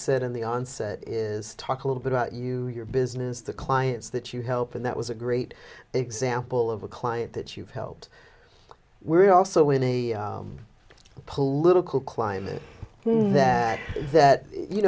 said in the onset is talk a little bit about you your business the clients that you help and that was a great example of a client that you've helped we're also in a political climate that